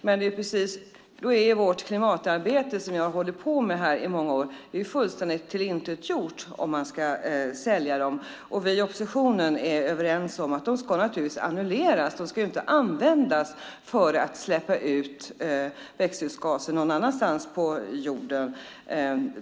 Men om de ska säljas blir vårt klimatarbete som vi hållit på med under många år fullständigt omintetgjort. Vi i oppositionen är överens om att de naturligtvis måste annulleras. De ska inte användas för att man ska kunna släppa ut växthusgaser någon annanstans på jorden,